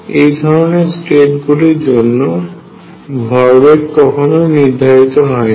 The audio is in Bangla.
এই ধরনের স্টেট গুলির জন্য ভরবেগ কখনোই নির্ধারিত হয় না